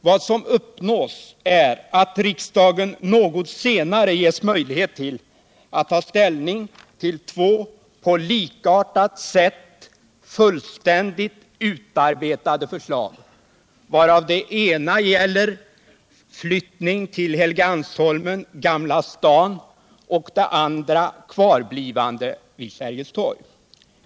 Vad som uppnås är att riksdagen något senare ges möjlighet att ta ställning till två på likartat sätt fullständigt utarbetade förslag, varav det ena gäller flyttning till Helgeandsholmen, Gamla stan, och det andra kvarblivande vid Sergels torg.